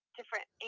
different